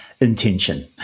intention